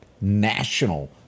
national